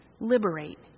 liberate